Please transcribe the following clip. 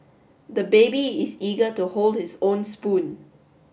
the baby is eager to hold his own spoon